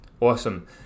Awesome